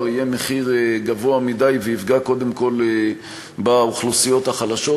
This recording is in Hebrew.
יהיה גבוה מדי ויפגע קודם כול באוכלוסיות החלשות.